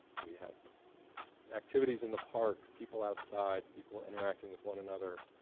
we have activities in the park, people outside, people interacting with one another,